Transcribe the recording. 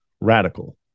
radical